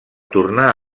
tornar